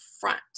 front